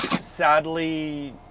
Sadly